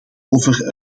over